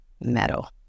Metal